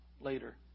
later